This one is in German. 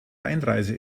einreise